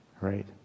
right